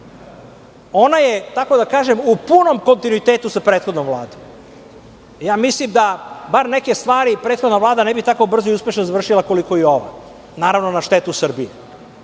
Ona je, kako da kažem, u punom kontinuitetu sa prethodnom Vladom. Mislim da bar neke stvari prethodna Vlada ne bi tako brzo i uspešno završila koliko i ova. Naravno, na štetu Srbije.